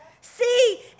see